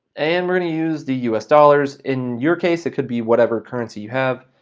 and we're gonna use the u s. dollars. in your case, it could be whatever currency you have,